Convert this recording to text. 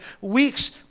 weeks